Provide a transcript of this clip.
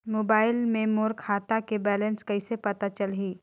Mobile मे मोर खाता के बैलेंस कइसे पता चलही?